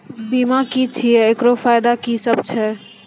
बीमा की छियै? एकरऽ फायदा की सब छै?